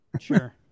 Sure